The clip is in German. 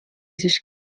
sich